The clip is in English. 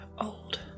Old